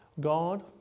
God